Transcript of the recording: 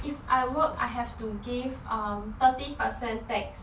if I work I have to giv um thirty percent tax